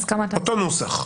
אותו נוסח.